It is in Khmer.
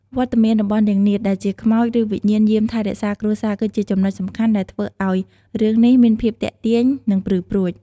វត្តមានរបស់នាងនាថ ដែលជាខ្មោច ឬវិញ្ញាណយាមថែរក្សាគ្រួសារ គឺជាចំណុចសំខាន់ដែលធ្វើឲ្យរឿងនេះមានភាពទាក់ទាញ និងព្រឺព្រួច។